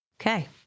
Okay